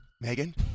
Megan